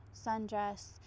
sundress